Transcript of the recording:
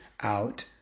out